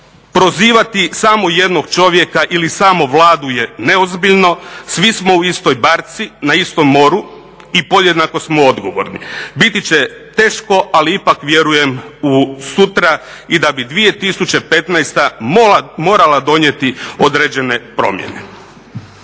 prozivati samo jednog čovjeka ili samo Vladu je neozbiljno. Svi smo u istoj barci, na istom moru i podjednako smo odgovorni. Biti će teško, ali ipak vjerujem u sutra i da bi 2015. morala donijeti određene promjene.